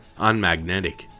unmagnetic